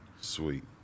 Sweet